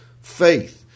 faith